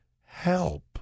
help